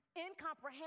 incomprehensible